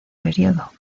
periodo